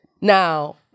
Now